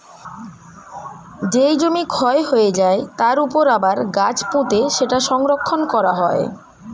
যেই জমি ক্ষয় হয়ে যায়, তার উপর আবার গাছ পুঁতে সেটা সংরক্ষণ করা হয়